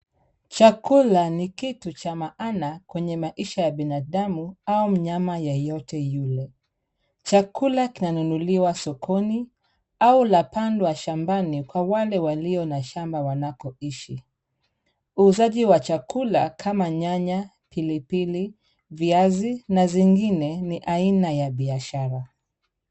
Chakula ni kitu cha maana kwenye maisha ya binadamu au mnyama yeyote yule. Chakula kinanunuliwa sokoni au lapandwa shambani kwa wale walio na shamba wanakoishi. Uuzaji wa chakula kama nyanya, pilipili, viazi na zingine ni aina ya biashara.